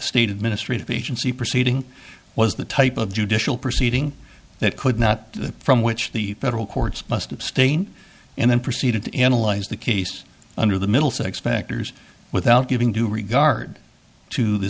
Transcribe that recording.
state administrative agency proceeding was the type of judicial proceeding that could not from which the federal courts must abstain and then proceeded to analyze the case under the middlesex spector's without giving due regard to the